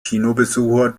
kinobesucher